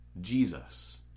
Jesus